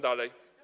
Dalej.